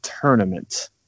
tournament